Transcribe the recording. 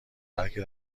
بلکه